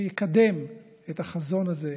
שיקדם את החזון הזה,